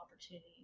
opportunity